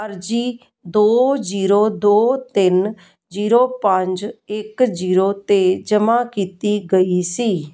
ਅਰਜੀ ਦੋ ਜੀਰੋ ਦੋ ਤਿੰਨ ਜੀਰੋ ਪੰਜ ਇੱਕ ਜੀਰੋ 'ਤੇ ਜਮ੍ਹਾਂ ਕੀਤੀ ਗਈ ਸੀ